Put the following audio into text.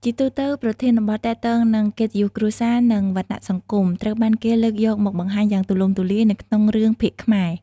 ជាទូទៅ ប្រធានបទទាក់ទងនឹងកិត្តិយសគ្រួសារ និងវណ្ណៈសង្គម ត្រូវបានគេលើកយកមកបង្ហាញយ៉ាងទូលំទូលាយនៅក្នុងរឿងភាគខ្មែរ។